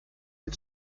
den